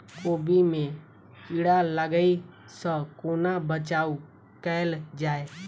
कोबी मे कीड़ा लागै सअ कोना बचाऊ कैल जाएँ?